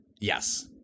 yes